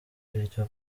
iryo